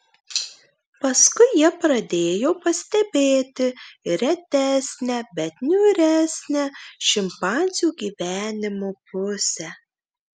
paskui jie pradėjo pastebėti ir retesnę bet niūresnę šimpanzių gyvenimo pusę